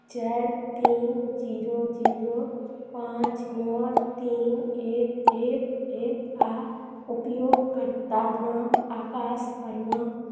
चारि तीन zero zero पांँच नओ तीन एक एक एक आ उपयोगकर्ता नाम आकाश वर्मा